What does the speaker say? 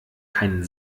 keinen